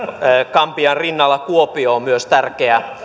gambian rinnalla kuopio on myös tärkeä